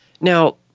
Now